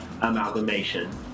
amalgamation